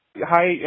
Hi